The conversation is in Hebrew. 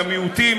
למיעוטים,